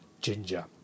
ginger